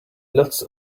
lots